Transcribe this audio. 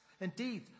Indeed